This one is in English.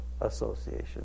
Association